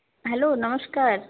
hello নমস্কার